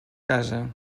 casa